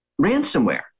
ransomware